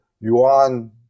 yuan